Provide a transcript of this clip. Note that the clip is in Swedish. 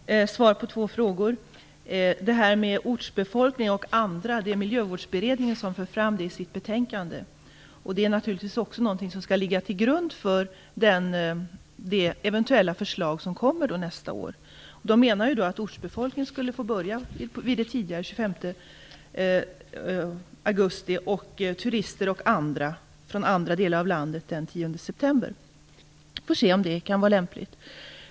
Fru talman! Jag vill svara på två frågor. Först till det här med ortsbefolkningen och de andra. Det är miljövårdsberedningen som för fram det i sitt betänkande. Också detta är naturligtvis något som skall ligga till grund för det förslag som eventuellt kommer nästa år. Meningen är att ortsbefolkningen skulle få börja jaga tidigare, den 25 augusti, medan turister och folk från andra delar av landet skulle få börja den 10 september. Vi får se om det kan vara lämpligt.